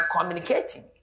communicating